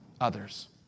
others